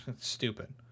stupid